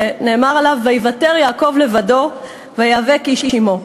שנאמר עליו: וייוותר יעקב לבדו וייאבק איש עמו.